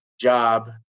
job